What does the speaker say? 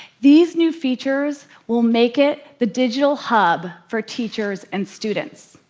these new features will make it the digital hub for teachers and students.